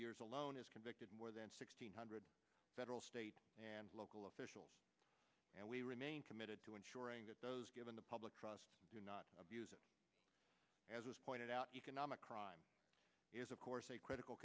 years alone has convicted more than six hundred federal state and local officials and we remain committed to ensuring that those given the public trust do not abuse as was pointed out economic crime is of course a critical